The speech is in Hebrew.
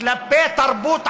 כלפי תרבות ערבית,